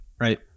right